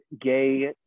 gay